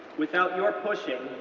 without your pushing,